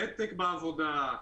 ותק בעבודה,